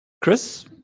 Chris